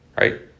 right